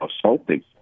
assaulting